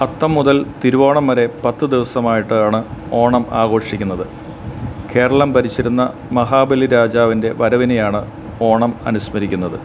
അത്തം മുതൽ തിരുവോണം വരെ പത്ത് ദിവസമായിട്ടാണ് ഓണം ആഘോഷിക്കുന്നത് കേരളം ഭരിച്ചിരുന്ന മഹാബലി രാജാവിൻ്റെ വരവിനെയാണ് ഓണം അനുസ്മരിക്കുന്നത്